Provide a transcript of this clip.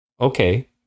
Okay